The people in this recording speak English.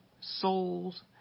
souls